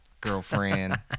Girlfriend